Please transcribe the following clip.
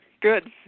Good